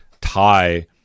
tie